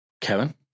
Kevin